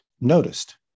noticed